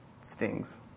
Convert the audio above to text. stings